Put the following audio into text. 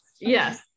Yes